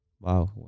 Wow